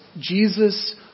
Jesus